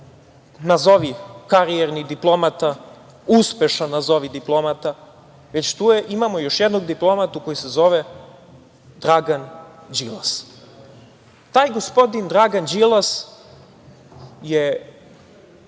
nazovi, karijerni diplomata, uspešan nazovi diplomata, već tu imamo još jednog diplomatu koji se zove Dragan Đilas. Taj gospodin Dragan Đilas je